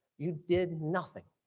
you did nothing.